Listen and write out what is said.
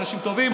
אנשים טובים,